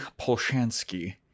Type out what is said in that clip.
polshansky